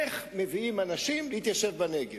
איך מביאים אנשים להתיישב בנגב,